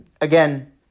again